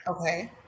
Okay